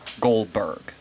Goldberg